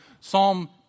Psalm